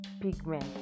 pigment